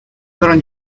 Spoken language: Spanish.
fueron